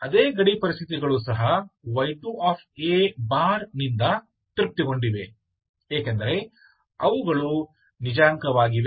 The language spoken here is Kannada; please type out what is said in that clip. ಅದೇ ಗಡಿ ಪರಿಸ್ಥಿತಿಗಳು ಸಹ y2 a ನಿಂದ ತೃಪ್ತಿಗೊಂಡಿವೆ ಏಕೆಂದರೆ ಅವುಗಳು ನಿಜಾಂಕವಾಗಿವೆ